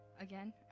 again